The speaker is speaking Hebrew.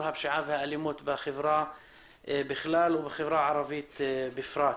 הפשיעה והאלימות בחברה בכלל ובחברה הערבית בפרט.